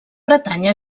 bretanya